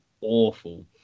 awful